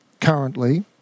currently